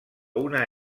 una